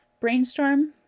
brainstorm